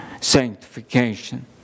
sanctification